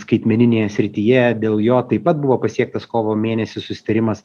skaitmeninėje srityje dėl jo taip pat buvo pasiektas kovo mėnesį susitarimas